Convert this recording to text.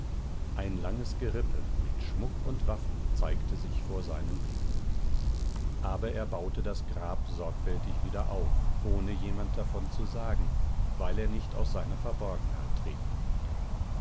ein langes gerippe mit schmuck und waffen zeigte sich vor seinen blicken aber er baute das grab sorgfältig wieder auf ohne jemand davon zu sagen weil er nicht aus seiner verborgenheit treten mochte